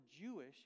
Jewish